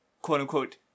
quote-unquote